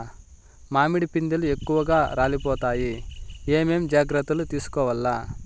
మామిడి పిందెలు ఎక్కువగా రాలిపోతాయి ఏమేం జాగ్రత్తలు తీసుకోవల్ల?